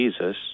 Jesus